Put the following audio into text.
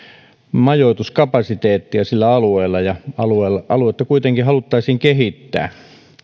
majoituskapasiteettia sillä alueella ja aluetta kuitenkin haluttaisiin kehittää